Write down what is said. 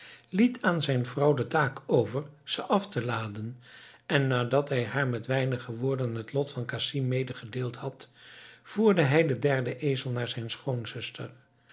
liet aan zijn vrouw de taak over ze af te laden en nadat hij haar met weinige woorden het lot van casim medegedeeld had voerde hij den derden ezel naar zijn